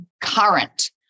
current